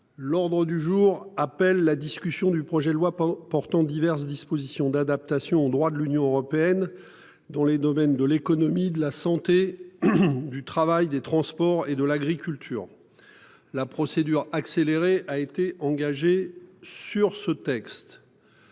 L'ordre du jour appelle la discussion du projet de loi portant diverses dispositions d'adaptation au droit de l'Union européenne dans les domaines de l'économie de la santé. Du travail des transports et de l'agriculture. La procédure accélérée a été engagée sur ce texte.--